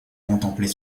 contempler